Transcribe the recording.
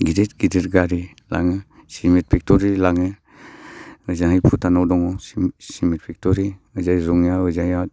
गिदिद गिदिद गारि लाङो सिमेन्ट फेक्ट'रि लाङो ओजोंहाय भुटानाव दङ सिमेन्ट फेक्ट'रि ओजोंहाय रङिया ओजोंहाय